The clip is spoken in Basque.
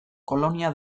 kolonia